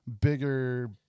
bigger